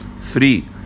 Three